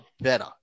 better